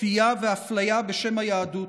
כפייה ואפליה בשם היהדות,